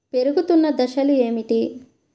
పెరుగుతున్న దశలు ఏమిటి?